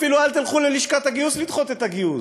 אפילו אל תלכו ללשכת הגיוס לדחות את הגיוס.